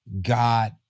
God